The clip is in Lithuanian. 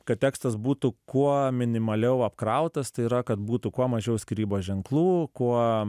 kad tekstas būtų kuo minimaliau apkrautas tai yra kad būtų kuo mažiau skyrybos ženklų kuo